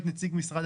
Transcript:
מנהלת